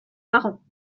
marrant